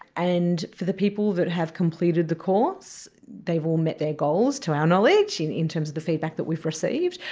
and for the people that have completed the course, they've all met their goals, to our knowledge, in in terms of the feedback that we have received,